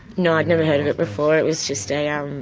no, i'd never heard of it before. it was just a, um